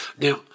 Now